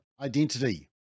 identity